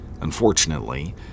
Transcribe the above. Unfortunately